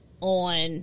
on